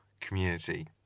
community